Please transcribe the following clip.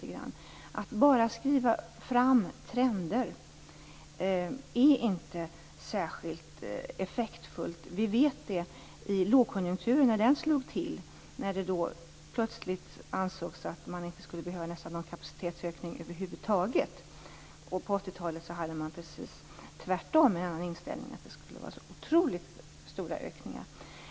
Att bara skriva fram trender är inte särskilt effektfullt; det vet vi. När lågkonjunkturen slog till ansågs det plötsligt att man nästan inte skulle behöva någon kapacitetsökning över huvud taget. På 80-talet hade man en inställning som var precis tvärtom, nämligen att det skulle vara otroligt stora ökningar.